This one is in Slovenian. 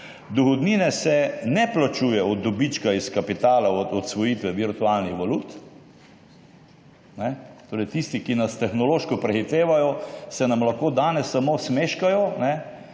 Dohodnine se ne plačuje od dobička iz kapitala od odsvojitve virtualnih valut. Tisti, ki nas tehnološko prehitevajo, se nam torej lahko danes samo smeškajo,